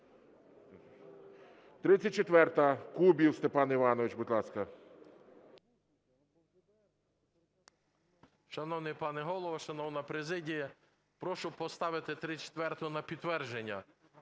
34-а, Кубів Степан Іванович. Будь ласка.